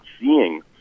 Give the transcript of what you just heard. seeing